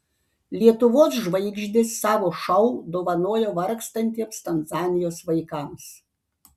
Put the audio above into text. lietuvos žvaigždės savo šou dovanojo vargstantiems tanzanijos vaikams